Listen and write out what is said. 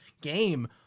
game